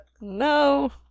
no